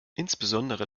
insbesondere